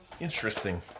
Interesting